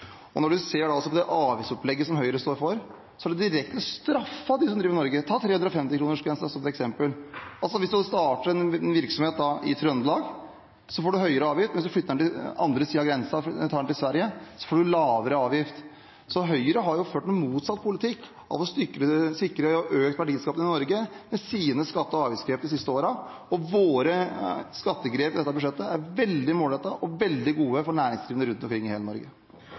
landet. Når en ser avgiftsopplegget som Høyre står for, har de direkte straffet dem som driver i Norge. Ta 350-kronersgrensen som eksempel. Hvis en starter en virksomhet i Trøndelag, får man en høy avgift, men hvis man flytter den over til den andre siden av grensen – tar den til Sverige – får man en lavere avgift. Høyre har ført en motsatt politikk av det å sikre økt verdiskaping i Norge ved sine skatte- og avgiftsgrep de siste årene. Våre skattegrep i dette budsjettet er veldig målrettede og veldig gode for næringslivet rundt omkring i hele Norge.